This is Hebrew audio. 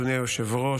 אדוני היושב-ראש,